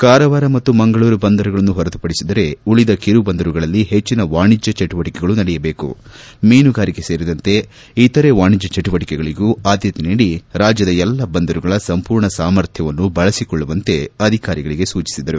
ಕಾರವಾರ ಮತ್ತು ಮಂಗಳೂರು ಬಂದರುಗಳನ್ನು ಹೊರತುಪಡಿಸಿದರೆ ಉಳಿದ ಕಿರು ಬಂದರುಗಳಲ್ಲಿ ಹೆಚ್ಚಿನ ವಾಣಿಜ್ಯ ಚಟುವಟಕೆಗಳು ನಡೆಯಬೇಕು ಮೀನುಗಾರಿಕೆ ಸೇರಿದಂತೆ ಇತರೆ ವಾಣಿಜ್ಯ ಚಟುವಟಕೆಗಳಗೂ ಆದ್ದತೆ ನೀಡಿ ರಾಜ್ಯದ ಎಲ್ಲ ಬಂದರುಗಳ ಸಂಪೂರ್ಣ ಸಾಮರ್ಥ್ಯವನ್ನು ಬಳಸಿಕೊಳ್ಳುವಂತೆ ಅಧಿಕಾರಿಗಳಿಗೆ ಸೂಚಿಸಿದರು